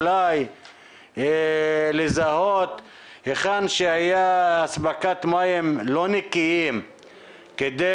אולי לזהות היכן שהיה אספקת מים לא נקיים כדי